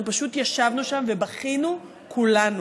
פשוט ישבנו שם ובכינו, כולנו.